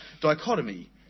dichotomy